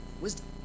wisdom